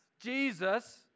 Jesus